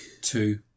two